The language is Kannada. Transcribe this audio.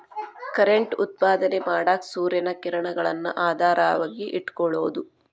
ಕರೆಂಟ್ ಉತ್ಪಾದನೆ ಮಾಡಾಕ ಸೂರ್ಯನ ಕಿರಣಗಳನ್ನ ಆಧಾರವಾಗಿ ಇಟಕೊಳುದು